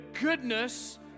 goodness